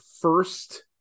first